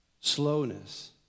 slowness